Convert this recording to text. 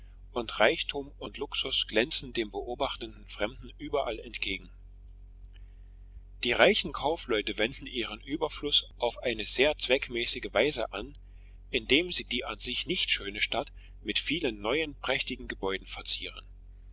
und reichtum und luxus glänzen dem beobachtenden fremden überall entgegen die reichen kaufleute wenden ihren überfluß auf eine sehr zweckmäßige weise an indem sie die an sich nicht schöne stadt mit vielen neuen prächtigen gebäuden verzieren